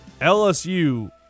LSU